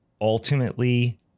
ultimately